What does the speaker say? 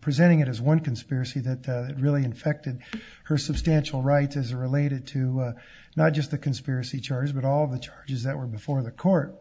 presenting it as one conspiracy that really infected her substantial right as related to not just the conspiracy charge but all the charges that were before the court